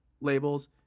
labels